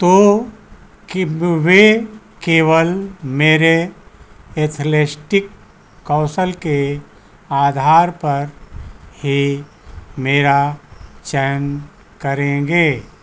तो वे केवल मेरे एथलेस्टिक कौशल के आधार पर ही मेरा चयन करेंगे